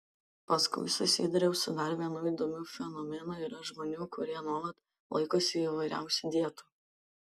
paskui susidūriau su dar vienu įdomiu fenomenu yra žmonių kurie nuolat laikosi įvairiausių dietų